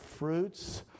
fruits